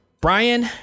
Brian